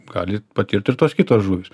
gali patirt ir tos kitos žuvys